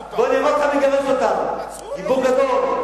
בוא נראה אותך מגרש אותם, גיבור גדול.